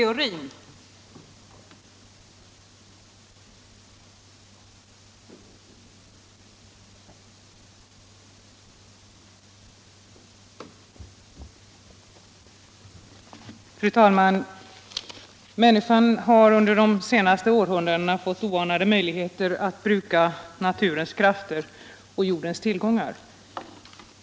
Fru talman! Människan har under de senaste århundradena fått oanade möjligheter att bruka naturens krafter och jordens tillgångar.